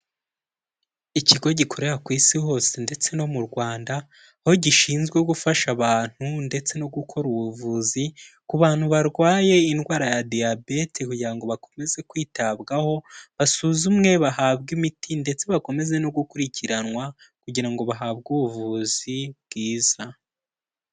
Ikigo gikorera ku isi hose ndetse no mu Rwanda, aho gishinzwe gufasha abantu ndetse no gukora ubuvuzi ku bantu barwaye indwara ya Diyabete kugira ngo bakomeze kwitabwaho basuzumwe, bahabwe imiti ndetse bakomeze no gukurikiranwa kugira ngo bahabwe ubuvuzi bwiza.